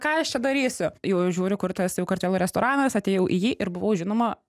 ką aš čia darysiu jau žiūriu kur tas jau kartvelų restoranas atėjau į jį ir buvau žinoma